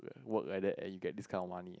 work like that and you get discount money